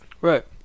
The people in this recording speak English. Right